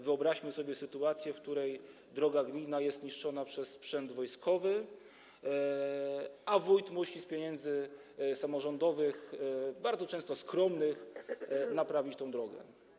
Wyobraźmy sobie sytuację, w której droga gminna jest niszczona przez sprzęt wojskowy, a wójt musi z pieniędzy samorządowych, bardzo często skromnych, naprawić tę drogę.